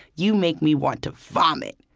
you make me want to vomit.